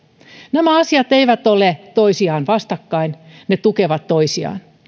nämä asiat eivät ole toisiaan vastakkain vaan ne tukevat toisiaan